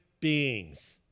beings